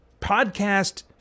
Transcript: podcast